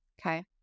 okay